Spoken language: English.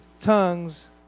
tongues